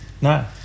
No